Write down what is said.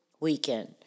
weekend